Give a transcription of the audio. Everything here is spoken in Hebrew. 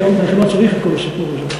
שאני בכלל לא צריך את הסיפור הזה,